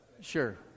sure